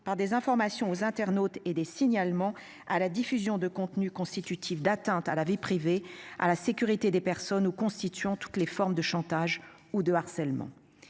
par des informations aux internautes et des signalements à la diffusion de contenus constitutifs d'atteinte à la vie privée à la sécurité des personnes ou constituant toutes les formes de chantage ou de harcèlement.